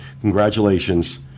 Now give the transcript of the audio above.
congratulations